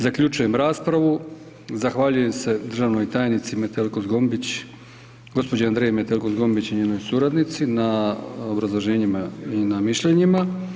Zaključujem raspravu, zahvaljujem se državnoj tajnici Metelko Zgombić, gospođi Andreji Metelko Zgombić i njenoj suradnici na obrazloženjima i na mišljenjima.